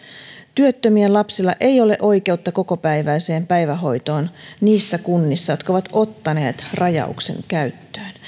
työttömien lapsilla ei ole oikeutta kokopäiväiseen päivähoitoon niissä kunnissa jotka ovat ottaneet rajauksen käyttöön